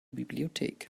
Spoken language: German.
bibliothek